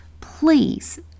please